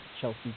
Chelsea